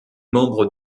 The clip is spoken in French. membres